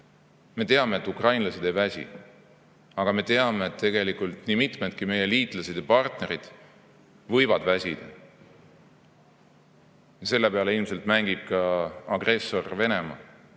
Me teame, et ukrainlased ei väsi, aga me teame, et tegelikult nii mitmedki meie liitlased ja muud partnerid võivad väsida. Selle peale ilmselt mängib ka agressor Venemaa,